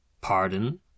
Pardon